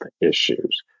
issues